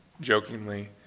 jokingly